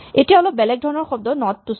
এতিয়া অলপ বেলেগ ধৰণৰ শব্দ নট টো চোৱা